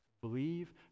Believe